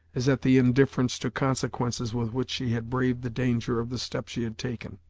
as at the indifference to consequences with which she had braved the danger of the step she had taken.